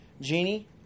Genie